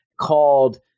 called